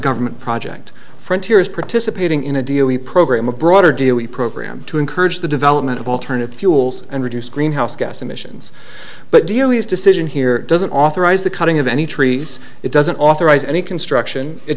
government project frontier is participating in a deal we program a broader deal we program to encourage the development of alternative fuels and reduce greenhouse gas emissions but do you know his decision here doesn't authorize the cutting of any trees it doesn't authorize any construction it